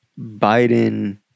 Biden